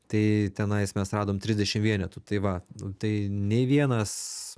tai tenais mes radom trisdešim vienetų tai va nu tai nei vienas